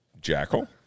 Jackal